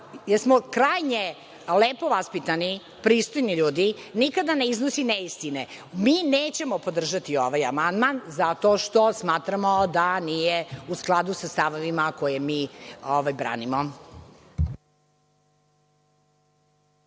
smo krajnje lepo vaspitani, pristojni ljudi, nikada ne iznosi neistine. Mi nećemo podržati ovaj amandman, zato što smatramo da nije u skladu sa stavovima koje mi branimo.